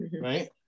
right